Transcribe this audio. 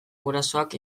gurasoak